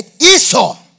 Esau